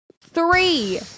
three